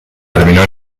terminó